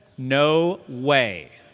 no way.